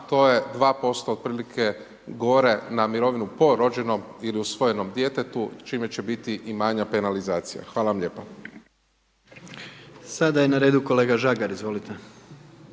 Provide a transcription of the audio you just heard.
to je 2% otprilike gore na mirovinu po rođenom ili usvojenom djetetu čime će biti i manja penalizacija. Hvala vam lijepa. **Jandroković, Gordan